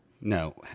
No